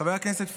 חבר הכנסת פוגל,